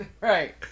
Right